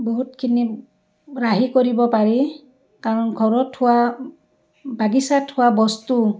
বহুতখিনি ৰাহি কৰিব পাৰি কাৰণ ঘৰত হোৱা বাগিছাত হোৱা বস্তু